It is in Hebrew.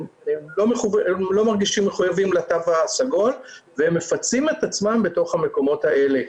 הם לא מרגישים מחויבים לתו הסגול והם מפצים את עצמם בתוך המקומות האלה,